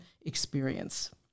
experience